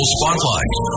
Spotlight